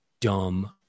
dumb